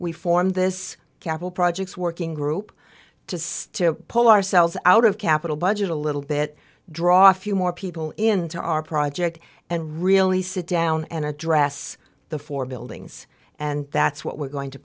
we formed this capital projects working group to still pull ourselves out of capital budget a little bit draw few more people into our project and really sit down and address the four buildings and that's what we're going to